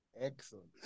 Excellent